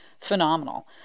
phenomenal